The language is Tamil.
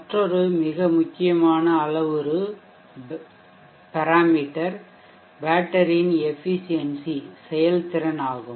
மற்றொரு மிக முக்கியமான அளவுரு பேட்டரியின் எஃபிசியென்சிசெயல்திறன் ஆகும்